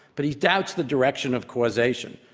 but he doubts the direction of causation.